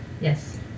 Yes